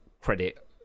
credit